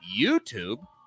youtube